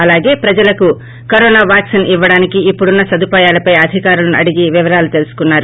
అలాగే ప్రజలకు corona vaccine ఇవ్వడానికి ఇప్పుడున్న సదుపాయాలపై అధికారులను అడిగి వివరాలు తెలుసుకున్నారు